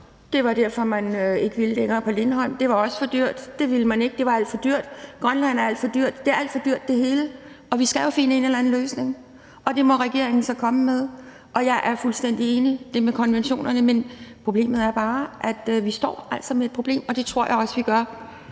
Det var derfor, man ikke ville det på Lindholm; det var også for dyrt. Det ville man ikke, for det var alt for dyrt. Grønland er alt for dyrt. Det hele er alt for dyrt, og vi skal jo finde en eller anden løsning. Det må regeringen så komme med, og jeg er fuldstændig enig i det med konventionerne. Men problemet er bare, at vi altså står med et problem, og det tror jeg også vi gør